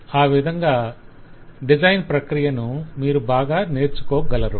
ఆ విధంగా డిజైన్ ప్రక్రియ ను మీరు బాగా నేర్చుకోగలరు